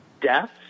deaths